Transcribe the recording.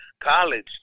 college